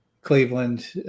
Cleveland